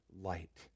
light